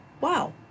wow